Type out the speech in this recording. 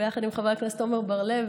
ביחד עם חבר הכנסת עמר בר לב,